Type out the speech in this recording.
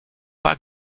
pas